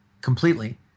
completely